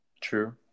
True